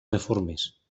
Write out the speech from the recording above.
reformes